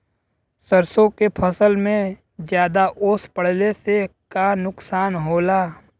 सरसों के फसल मे ज्यादा ओस पड़ले से का नुकसान होला?